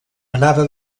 anava